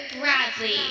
Bradley